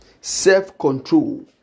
Self-control